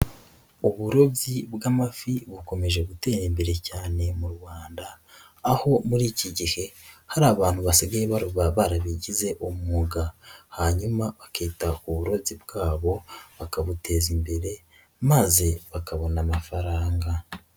Uburobyi bw'amafi bukomeje gutera imbere cyane mu Rwanda aho muri iki gihe hari abantu basigaye barabigize umwuga hanyuma bakita ku burobyi bwabo bakabuteza imbere maze bakabona amafaranga.